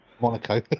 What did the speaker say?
Monaco